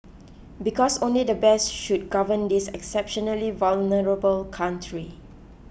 because only the best should govern this exceptionally vulnerable country